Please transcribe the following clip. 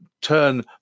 turn